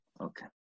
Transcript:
okay